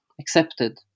accepted